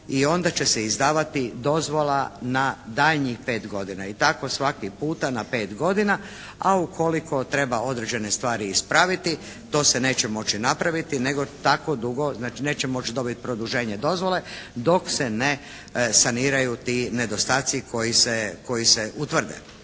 i onda će se izdavati dozvola na daljnjih pet godina. I tako svaki puta na pet godina a ukoliko treba određene stvari ispraviti to se neće moći napraviti nego tako dugo, znači neće moći dobiti produženje dozvole dok se ne saniraju ti nedostaci koji se utvrde.